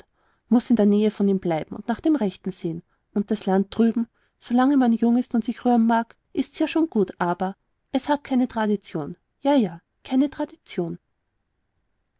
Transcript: muß in der nähe von ihm bleiben und nach dem rechten sehen und das land drüben solange man jung ist und sich rühren mag ist's ja schon gut aber es hat keine traditionen ja ja keine traditionen